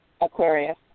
Aquarius